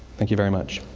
thank you very much.